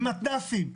במתנ"סים,